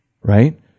Right